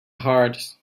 hard